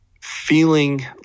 feeling